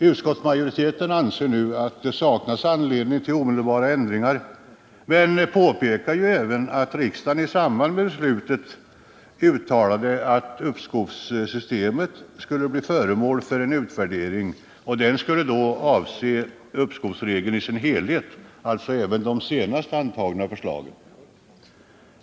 Utskottsmajoriteten anser att det saknas anledning till omedelbara ändringar men påpekar även att riksdagen i samband med beslutet om de nya uppskovsreglerna uttalade att uppskovssystemet skulle bli föremål för en utvärdering, och denna skulle då avse uppskovsreglerna som helhet — alltså även de senast antagna.